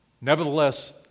Nevertheless